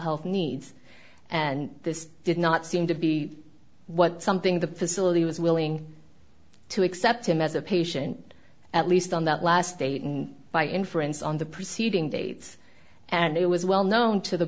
health needs and this did not seem to be what something the facility was willing to accept him as a patient at least on that last date and by inference on the preceding dates and it was well known to the